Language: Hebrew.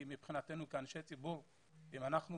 מבחינתנו, כאנשי ציבור, אם אנחנו